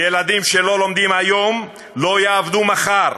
ילדים שלא לומדים היום, לא יעבדו מחר.